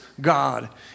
God